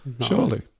Surely